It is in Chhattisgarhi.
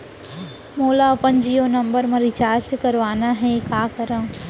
मोला अपन जियो नंबर म रिचार्ज करवाना हे, का करव?